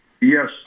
Yes